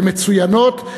הן מצוינות,